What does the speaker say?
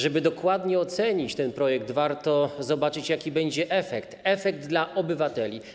Żeby dokładnie ocenić ten projekt, warto zobaczyć, jaki będzie efekt dla obywateli.